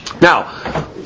Now